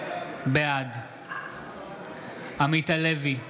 בעד עמית הלוי,